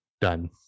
done